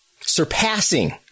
Surpassing